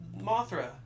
Mothra